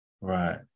Right